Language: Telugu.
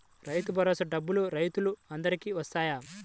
రైతు భరోసా డబ్బులు రైతులు అందరికి వస్తాయా?